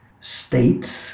states